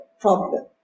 problem